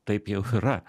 taip jau yra